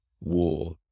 war